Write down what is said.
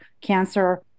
cancer